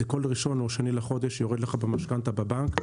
זה כל 1 או 2 בחודש יורד לך במשכנתה בבנק.